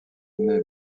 naît